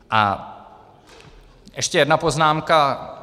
A ještě jedna poznámka.